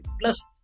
Plus